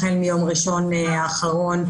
החל מיום ראשון האחרון,